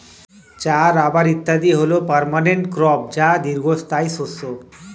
চা, রাবার ইত্যাদি হল পার্মানেন্ট ক্রপ বা দীর্ঘস্থায়ী শস্য